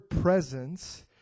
presence